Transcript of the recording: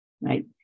right